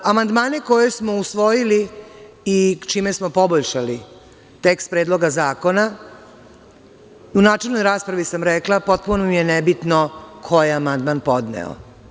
Amandmane koje smo usvojili i čime smo poboljšali tekst Predloga zakona, u načelnoj raspravi sam rekla, potpuno mi je nebitno ko je amandman podneo.